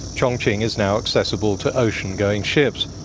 chongqing is now accessible to oceangoing ships.